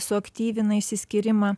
suaktyvina išsiskyrimą